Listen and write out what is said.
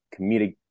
comedic